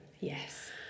Yes